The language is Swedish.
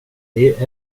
det